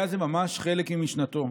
היה זה ממש חלק ממשנתו,